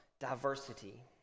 diversity